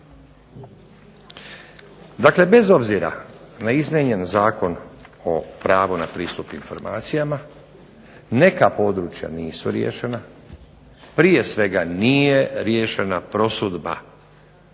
Dakle, bez obzira na izmijenjen Zakon o pravu na pristup informacijama neka područja nisu riješena, prije svega nije riješena prosudba